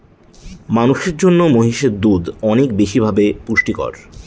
মানুষের জন্য মহিষের দুধ অনেক বেশি ভাবে পুষ্টিকর